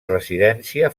residència